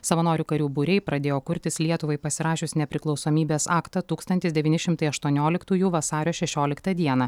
savanorių karių būriai pradėjo kurtis lietuvai pasirašius nepriklausomybės aktą tūkstantis devyni šimtai aštuonioliktųjų vasario šešioliktą dieną